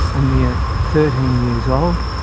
a mere thirteen years old,